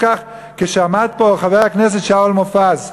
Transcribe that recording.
כשעמד פה חבר הכנסת שאול מופז,